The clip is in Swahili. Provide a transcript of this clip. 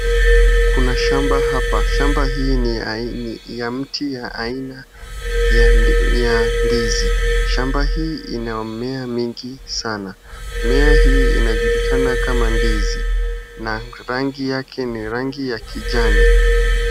Kuna shamba hapa, shamba hii ni aina ya mti ya aina ya ndizi, shamba hii ina mimea mingi sana, mimea hii inajulikana kama ndizi, na rangu yake ni rangi ya kijani.